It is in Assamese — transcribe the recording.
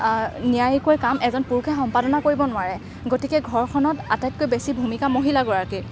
নিয়াৰিকৈ কাম এজন পুৰুষে সম্পাদনা কৰিব নোৱাৰে গতিকে ঘৰখনত আটাইতকৈ বেছি ভূমিকা মহিলাগৰাকীৰ